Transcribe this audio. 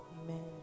Amen